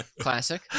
Classic